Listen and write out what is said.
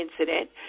incident